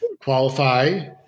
qualify